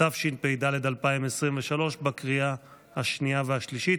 התשפ"ד 2023, לקריאה השנייה והשלישית.